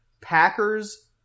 Packers